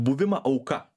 buvimą auka